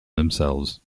themselves